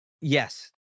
Yes